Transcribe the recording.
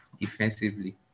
defensively